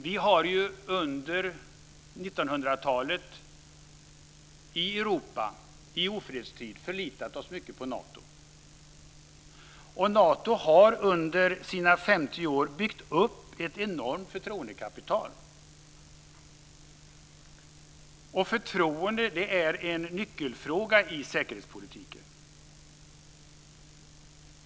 Vi har under 1900-talet i Europa i ofredstid förlitat oss mycket på Nato. Nato har under sina 50 år byggt upp ett enormt förtroendekapital. Förtroende är en nyckelfråga i säkerhetspolitiken.